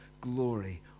glory